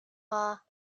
are